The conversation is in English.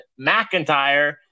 McIntyre